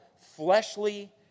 fleshly